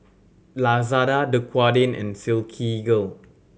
Lazada Dequadin and Silkygirl